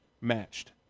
matched